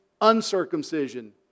uncircumcision